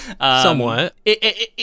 Somewhat